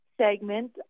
segment